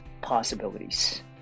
possibilities